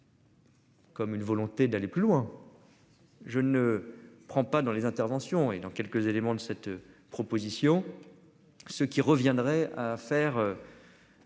Comme une volonté d'aller plus loin. Je ne prends pas dans les interventions et dans quelques éléments de cette proposition. Ce qui reviendrait à faire.--